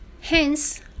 hence